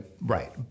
Right